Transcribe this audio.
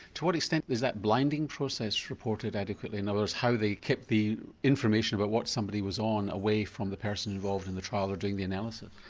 to what extent is that blinding process reported adequately, in other words how they kept the information about what somebody was on away from the person involved in the trial or doing the analysis?